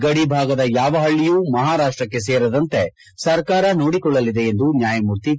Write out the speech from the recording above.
ಗಡಿಭಾಗದ ಯಾವ ಪಳ್ಳಿಯೂ ಮಹಾರಾಷ್ಟಕ್ಕೆ ಸೇರದಂತೆ ಸರ್ಕಾರ ನೋಡಿಕೊಳ್ಳಲಿದೆ ಎಂದು ನ್ಯಾಯಮೂರ್ತಿ ಕೆ